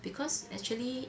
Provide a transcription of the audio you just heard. because actually